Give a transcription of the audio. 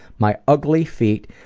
my ugly feet,